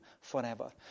forever